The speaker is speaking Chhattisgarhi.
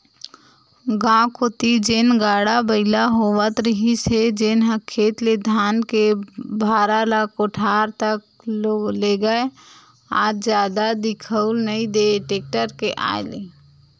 गाँव कोती जेन गाड़ा बइला होवत रिहिस हे जेनहा खेत ले धान के भारा ल कोठार तक लेगय आज जादा दिखउल नइ देय टेक्टर के आय ले